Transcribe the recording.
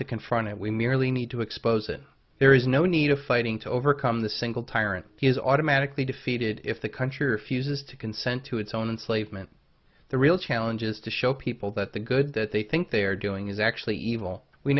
to confront it we merely need to expose it there is no need of fighting to overcome the single tyrant is automatically defeated if the country refuses to consent to its own slave meant the real challenge is to show people that the good that they think they are doing is actually evil we